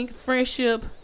friendship